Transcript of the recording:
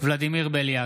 ולדימיר בליאק,